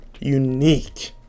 unique